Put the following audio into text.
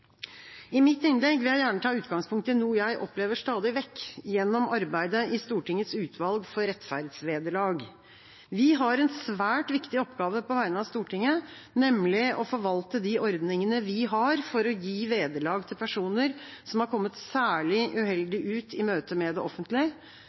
I mitt innlegg vil jeg gjerne ta utgangspunkt i noe jeg opplever stadig vekk, gjennom arbeidet i Stortingets utvalg for rettferdsvederlag. Vi har en svært viktig oppgave på vegne av Stortinget, nemlig å forvalte de ordningene vi har for å gi vederlag til personer som har kommet særlig